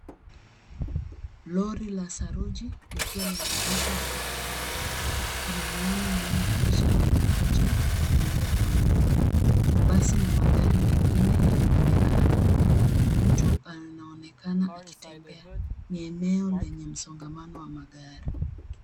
Lori la saruji likiwa limeegeshwa barabarani. Kuna alama inayoonyesha kivuko cha watembea kwa miguu. Mabasi na magari mengine yanaonekana. Mtu anaonekana akitembea. Ni eneo lenye msongamano wa magari.